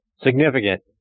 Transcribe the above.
Significant